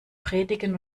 predigen